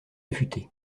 affuté